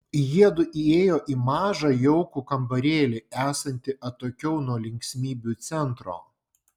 jiedu įėjo į mažą jaukų kambarėlį esantį atokiau nuo linksmybių centro